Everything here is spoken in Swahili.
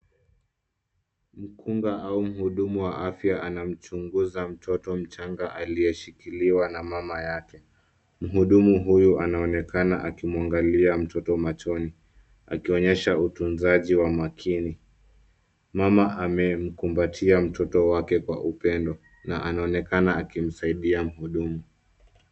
Mkunga au mhudumu wa afya anamchunguza mtoto mchanga aliyeshikiliwa na mama yake. Mhudumu huyu anaonekana akimwangalia mtoto machoni akionyesha utunzaji wa makini. Mama amemkumbatia mtoto wake kwa upendo na anaonekana akimsaidia mhudumu.